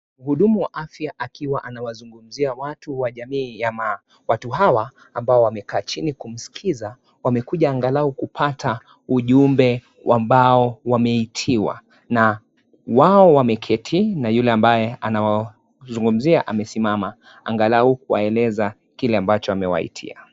Hudumu wa afya akiwa anawazungumzia watu wa jamii ya maa ,watu hawa ambao wameka chini kumzikiza, wamekujia angalau kupata ujumbe ambao wameitiwa. Na wao wameketi na yule ambaye anawazungumzia amesimama, angalau kuwaeleza kile ambacho amewaitia.